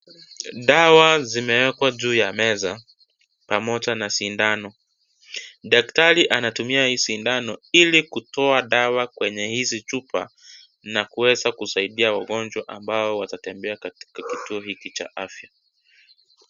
Dawa zimewekwa juu ya meza pamoja na sindano daktari anatumia hii sindano hili kutoa dawa kwenye hizi chupa na kuweza kusaidia wagonjwa ambao watatembea katika kituo hiki cha afya.